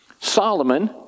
Solomon